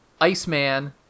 Iceman